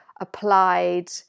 applied